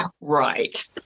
Right